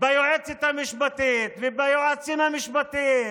ביועצת המשפטית וביועצים המשפטיים,